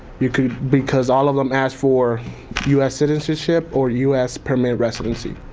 you could because all of them ask for u s. citizenship or u s. permanent residency.